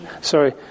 sorry